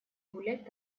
гулять